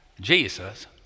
Jesus